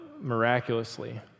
miraculously